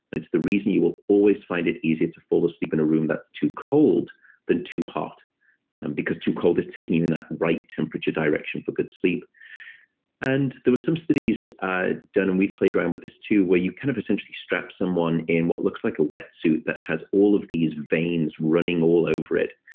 that's the reason you will always find it easier to fall asleep in a room that's too cold than too hot because too cold is taking you in that right temperature direction for good sleep and there were some studies done and played around with this too, where you kind of essentially strapped someone in what looks like a wetsuit that has all of these veins running all over it,